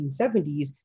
1970s